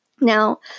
Now